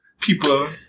people